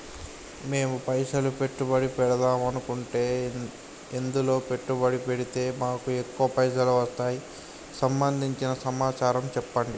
మేము పైసలు పెట్టుబడి పెడదాం అనుకుంటే ఎందులో పెట్టుబడి పెడితే మాకు ఎక్కువ పైసలు వస్తాయి సంబంధించిన సమాచారం చెప్పండి?